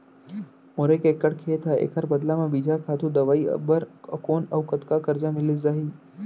मोर एक एक्कड़ खेत हे, एखर बदला म बीजहा, खातू, दवई बर कोन अऊ कतका करजा मिलिस जाही?